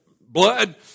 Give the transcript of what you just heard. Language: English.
blood